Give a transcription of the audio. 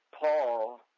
Paul